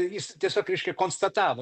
jis tiesiog reiškia konstatavo